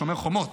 בשומר חומות,